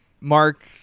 Mark